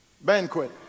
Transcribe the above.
banquet